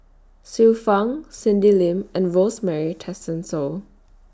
Xiu Fang Cindy Lim and Rosemary Tessensohn